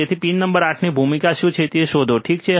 તેથી pin number 8 ની ભૂમિકા શું છે તે શોધો ઠીક છે